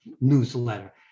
newsletter